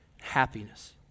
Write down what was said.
happiness